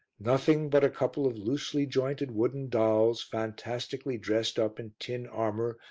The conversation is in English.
nothing but a couple of loosely jointed wooden dolls, fantastically dressed up in tin armour,